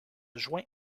joint